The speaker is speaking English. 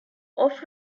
off